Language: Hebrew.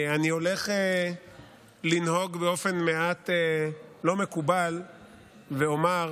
אני הולך לנהוג באופן מעט לא מקובל ואומר